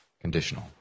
conditional